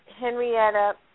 Henrietta